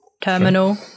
Terminal